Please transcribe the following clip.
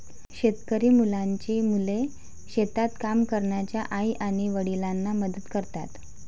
शेतकरी मुलांची मुले शेतात काम करणाऱ्या आई आणि वडिलांना मदत करतात